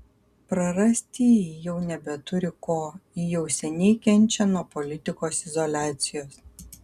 prarasti ji jau nebeturi ko ji jau seniai kenčia nuo politikos izoliacijos